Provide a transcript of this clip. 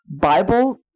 Bible